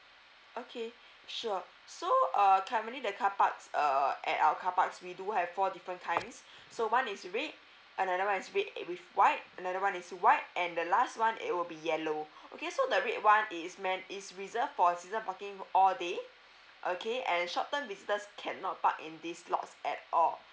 okay sure so uh currently the carpark is uh at our carparks we do have four different kinds so one is red another one is red and with white another one is white and the last one it will be yellow okay so the red one is meant is reserved for a season parking for all day okay and short terms visitors cannot park in this blocks at all